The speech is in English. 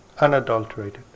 unadulterated